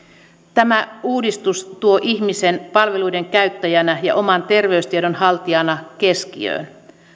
tämä uudistus tuo ihmisen palveluiden käyttäjänä ja oman terveystiedon haltijana keskiöön